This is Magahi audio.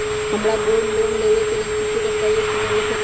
हमरा गोल्ड लोन लेबे के लेल कि कि दस्ताबेज के जरूरत होयेत?